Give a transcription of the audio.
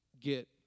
get